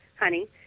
honey